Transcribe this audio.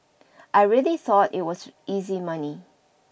I really thought it was easy money